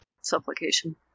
Supplication